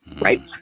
Right